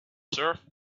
turf